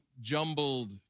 jumbled